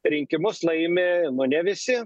rinkimus laimi nu ne visi